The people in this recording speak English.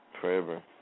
forever